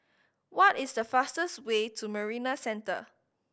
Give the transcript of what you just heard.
what is the fastest way to Marina Centre